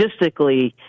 logistically